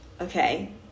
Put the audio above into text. okay